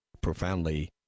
profoundly